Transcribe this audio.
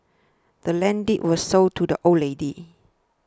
the land's deed was sold to the old lady